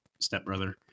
stepbrother